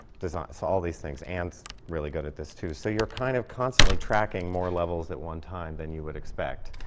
design so all these things. anne's really good at this, too. so you're kind of constantly tracking more levels at one time than you would expect.